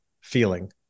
feeling